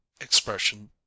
expression